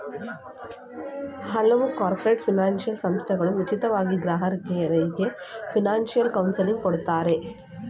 ಕೆಲವು corporator financial ಸಂಸ್ಥೆಗಳು ಉಚಿತವಾಗಿ ಗ್ರಾಹಕರಿಗೆ ಫೈನಾನ್ಸಿಯಲ್ ಕೌನ್ಸಿಲಿಂಗ್ ಕೊಡ್ತಾರೆ